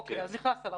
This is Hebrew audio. אוקיי, נכנסת לרשימה,